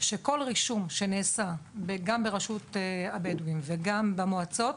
שכל רישום שנעשה גם ברשות הבדואים וגם במועצות,